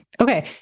Okay